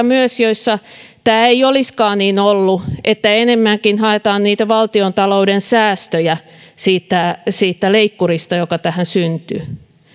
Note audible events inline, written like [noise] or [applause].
[unintelligible] myös puheenvuoroja joissa tämä ei olisikaan niin ollut vaan enemmänkin haetaan niitä valtiontalouden säästöjä siitä siitä leikkurista joka tähän syntyy